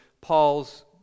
Paul's